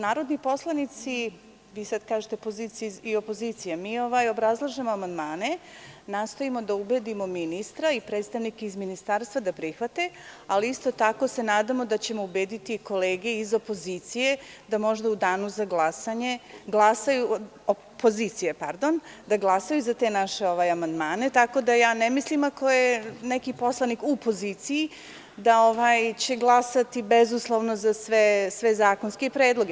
Narodni poslanici, vi sada kažete opozicije i pozicije, a mi obrazlažemo amandmane i nastojimo da ubedimo ministra i predstavnike iz ministarstava da prihvate, ali isto tako se nadamo da ćemo ubediti i kolege iz opozicije da možda u Danu za glasanje glasaju za te naše amandmane, tako da ja ne mislim ako je neki poslanik u poziciji, da će glasati bezuslovno za sve zakonske predloge.